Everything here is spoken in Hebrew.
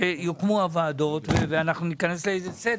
רוצים להוזיל,